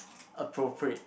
appropriate